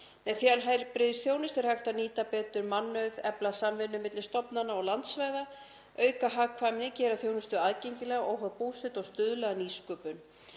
„Með fjarheilbrigðisþjónustu er hægt að nýta betur mannauð, efla samvinnu milli stofnana og landsvæða, auka hagkvæmni, gera þjónustu aðgengilega óháð búsetu og stuðla að nýsköpun.